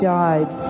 died